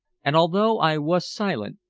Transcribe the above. and although i was silent,